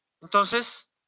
Entonces